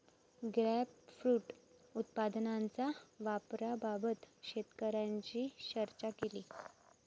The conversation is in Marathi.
ग्रेपफ्रुट उत्पादनाच्या वापराबाबत शेतकऱ्यांशी चर्चा केली